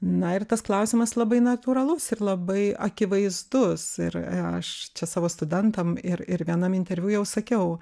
na ir tas klausimas labai natūralus ir labai akivaizdus ir aš čia savo studentam ir ir vienam interviu jau sakiau